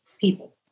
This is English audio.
people